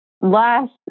last